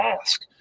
ask